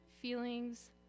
feelings